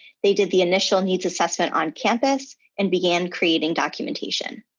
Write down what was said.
they did the initial needs assessment on campus and began creating documentation.